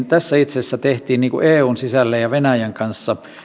tässä metsänielussa itse asiassa tehtiin eun sisällä ja venäjän kanssa